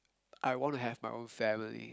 I want to have my own family